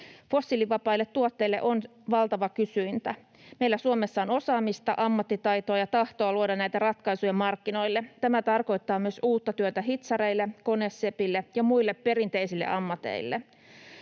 Fossiilivapaille tuotteille on valtava kysyntä. Meillä Suomessa on osaamista, ammattitaitoa ja tahtoa luoda näitä ratkaisuja markkinoille. Tämä tarkoittaa myös uutta työtä hitsareille, konesepille ja muille perinteisille ammateille.